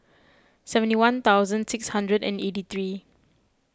seventy one thousand six hundred and eighty three